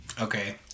Okay